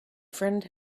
friend